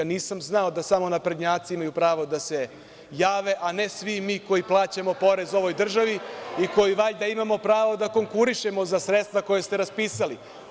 Nisam znao da samo naprednjaci imaju pravo da se jave, a ne svi mi koji plaćamo porez ovoj državi i koji, valjda, imamo pravo da konkurišemo za sredstva koje ste raspisali.